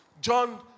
John